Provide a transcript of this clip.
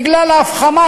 בגלל ההפחמה